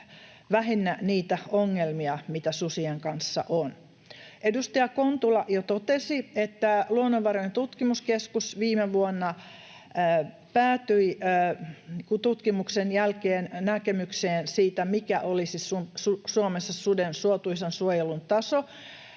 vähennä niitä ongelmia, mitä susien kanssa on. Edustaja Kontula jo totesi, että luonnonvarojen tutkimuskeskus viime vuonna päätyi tutkimuksen jälkeen näkemykseen siitä, mikä olisi Suomessa suden suotuisan suojelun taso.